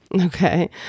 Okay